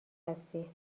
هستی